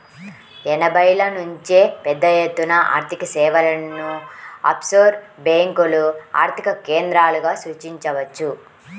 ఎనభైల నుంచే పెద్దఎత్తున ఆర్థికసేవలను ఆఫ్షోర్ బ్యేంకులు ఆర్థిక కేంద్రాలుగా సూచించవచ్చు